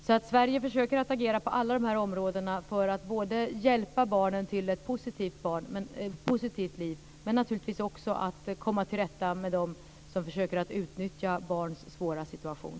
Sverige försöker att agera på alla dessa områden för att hjälpa barnen till ett positivt liv och naturligtvis också för att komma till rätta med dem som försöker att utnyttja barns svåra situation.